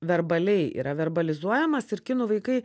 verbaliai yra verbalizuojamas ir kinų vaikai